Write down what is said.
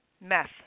meth